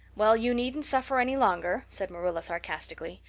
well, you needn't suffer any longer, said marilla sarcastically.